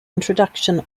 introduction